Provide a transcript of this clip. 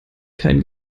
kein